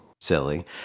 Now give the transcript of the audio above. silly